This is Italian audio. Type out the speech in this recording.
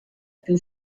più